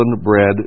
bread